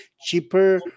cheaper